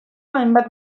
hainbat